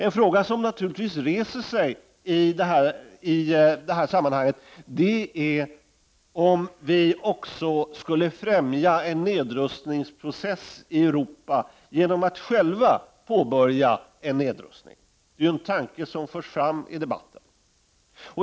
En fråga som naturligtvis reser sig i detta sammanhang är om vi också skulle främja en nedrustningsprocess i Europa genom att själva påbörja en nedrustning. Det är en tanke som har förts fram i debatten.